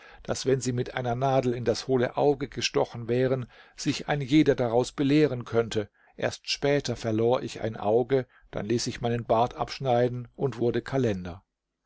daß wenn sie mit einer nadel in das hohle auge gestochen wären sich ein jeder daraus belehren könnte erst später verlor ich ein auge dann ließ ich meinen bart abschneiden und wurde kalender